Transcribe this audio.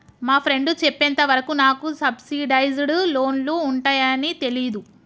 మా ఫ్రెండు చెప్పేంత వరకు నాకు సబ్సిడైజ్డ్ లోన్లు ఉంటయ్యని తెలీదు